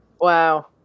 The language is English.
Wow